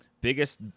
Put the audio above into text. biggest